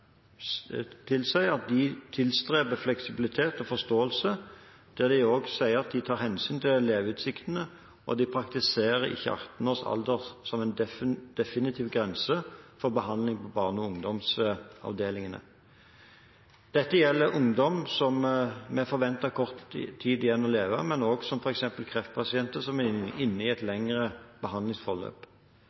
at de tilstreber fleksibilitet og forståelse, der de også sier at de tar hensyn til leveutsiktene, og de praktiserer ikke 18-års alder som en definitiv grense for behandling på barne- og ungdomsavdeling. Dette gjelder ungdom med forventet kort tid igjen å leve, men også f.eks. kreftpasienter som er inne i et lengre behandlingsforløp.